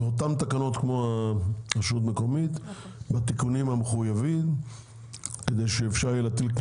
אותן תקנות כמו הרשות המקומית בתיקונים המחויבים כדי שאפשר יהיה להטיל